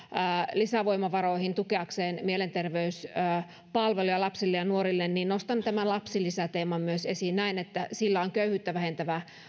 lisävoimavaroihin tukeakseen mielenterveyspalveluja lapsille ja nuorille niin nostan tämän lapsilisäteeman myös esiin näen että sillä on köyhyyttä vähentävä